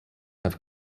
have